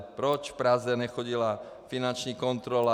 Proč v Praze nechodila finanční kontrola?